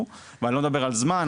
אני לא מדבר על זמן,